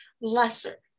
lesser